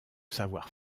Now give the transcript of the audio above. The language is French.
savoir